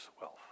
wealth